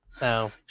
No